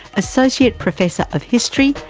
associate professor of history,